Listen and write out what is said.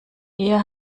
ihr